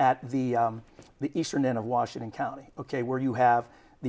at the the eastern end of washington county ok where you have the